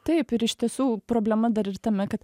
taip ir iš tiesų problema dar ir tame kad